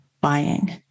buying